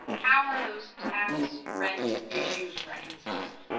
how are those tax rent issues reconciled?